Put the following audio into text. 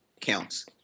counts